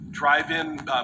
drive-in